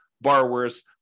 borrowers